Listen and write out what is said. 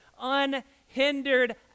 unhindered